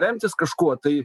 remtis kažkuo tai